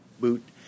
boot